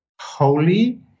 holy